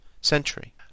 century